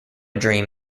dream